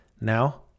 now